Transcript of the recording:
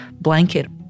blanket